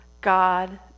God